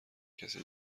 کسی